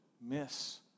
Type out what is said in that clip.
miss